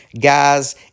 Guys